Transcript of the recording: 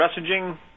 messaging